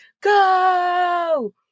Go